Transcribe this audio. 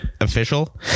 Official